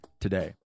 today